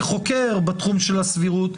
כחוקר בתחום של הסבירות,